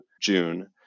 June